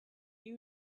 you